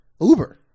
Uber